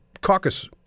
caucus